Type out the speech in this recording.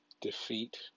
defeat